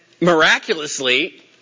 miraculously